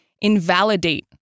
invalidate